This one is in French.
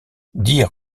dire